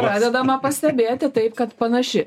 pradedama pastebėti taip kad panaši